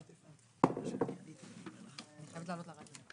אני נועלת את הישיבה.